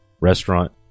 restaurant